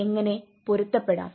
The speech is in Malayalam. എങ്ങനെ പൊരുത്തപ്പെടാം